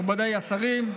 מכובדיי השרים,